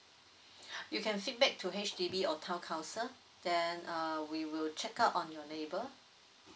you can feedback to H_D_B or town council then uh we will check out on your neighbour